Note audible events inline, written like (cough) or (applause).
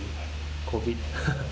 COVID (laughs)